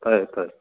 ꯇꯥꯏ ꯇꯥꯏ